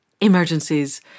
emergencies